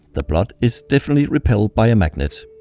the blood is definitely repelled by a magnet.